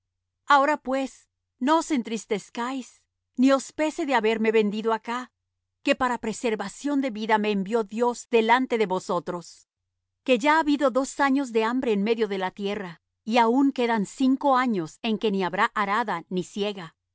ahora pues no os entristezcáis ni os pese de haberme vendido acá que para preservación de vida me envió dios delante de vosotros que ya ha habido dos años de hambre en medio de la tierra y aun quedan cinco años en que ni habrá arada ni siega